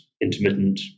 intermittent